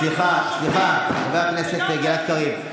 סליחה, חבר הכנסת גלעד קריב.